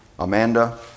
Amanda